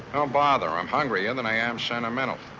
bother. i'm hungrier and than i am sentimental.